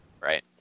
Right